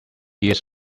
years